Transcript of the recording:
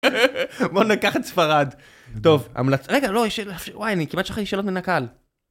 בוא ניקח את ספרד טוב המלצה... רגע לא יש... וואי אני כמעט שכחתי שאלות מן הקהל